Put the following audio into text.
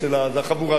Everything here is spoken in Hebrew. זאת החבורה שלה.